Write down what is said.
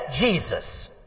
Jesus